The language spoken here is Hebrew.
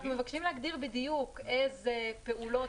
אנחנו מבקשים להגדיר בדיוק איזה פעולות